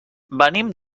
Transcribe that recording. venim